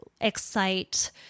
excite